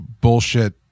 bullshit